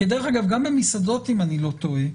כי דרך אגב גם במסעדות אן אני לא טועה,